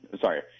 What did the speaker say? sorry